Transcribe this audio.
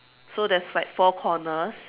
so there's like four corners